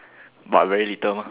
but very little mah